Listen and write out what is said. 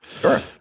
Sure